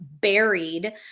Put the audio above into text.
buried